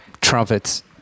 trumpets